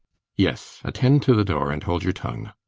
yes. attend to the door and hold your tongue.